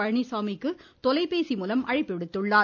பழனிச்சாமிக்கு தொலைபேசி மூலம் அழைப்பு விடுத்துள்ளார்